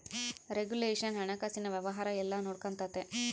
regulation ಹಣಕಾಸಿನ ವ್ಯವಹಾರ ಎಲ್ಲ ನೊಡ್ಕೆಂತತೆ